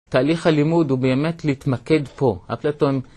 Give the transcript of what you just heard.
תהליך הלימוד הוא באמת להתמקד פה. אפלטון